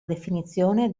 definizione